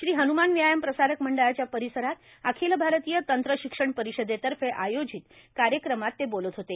श्री हन्मान व्यायाम प्रसारक मंडळाच्या परिसरात अखिल भारतीय तंत्र शिक्षण परिषदेतर्फे एआयसीटीई आयोजित कार्यक्रमात ते बोलत होते